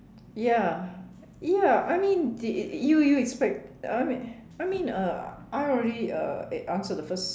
ya ya I mean did it you you expect right I mean I mean uh I already uh answered the first